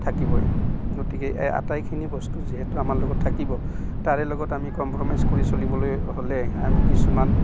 থাকিবই গতিকে এই আটাইখিনি বস্তু যিহেতু আমাৰ লগত থাকিব তাৰে লগত আমি কম্প্ৰমাইজ কৰি চলিবলৈ হ'লে আমি কিছুমান